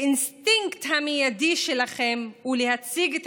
האינסטינקט המיידי שלכם הוא להציג את